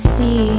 see